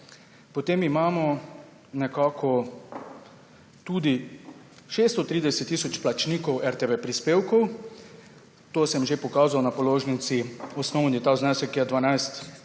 Potem imamo nekako tudi 630 tisoč plačnikov RTV prispevka. To sem že pokazal na položnici, osnovni znesek je 12,75,